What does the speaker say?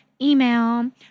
email